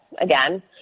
Again